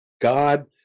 God